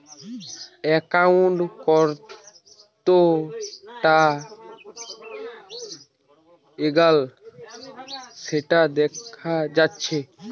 account কতোটা এগাল সেটা দেখা যাচ্ছে